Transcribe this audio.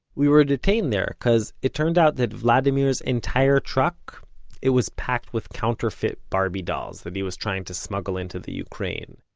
we were detained there, cuz it turned out that vladimir's entire truck it was packed with counterfeit barbie dolls that he was trying to smuggle into the ukraine.